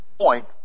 point